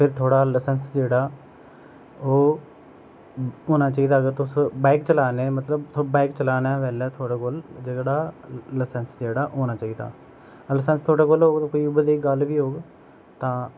फिर थुआढ़ा लसैंस जेह्ड़ा ओह् होना चाहिदा अगर तुस बाइक चला ने मतलब तुस बाइक चलाने दे पैहले थोआड़े कोल जेह्ड़ा लसैंस जेह्ड़ा होना चाहिदा अगर लसैंस थुआढ़े कोल होग ते कोई उऐ जेही गल्ल बी होग तां